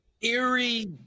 eerie